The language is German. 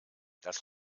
das